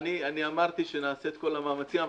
אמרתי שנעשה את כל המאמצים,